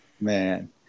man